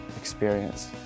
experience